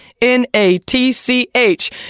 n-a-t-c-h